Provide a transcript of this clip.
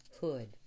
hood